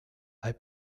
hay